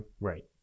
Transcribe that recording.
Right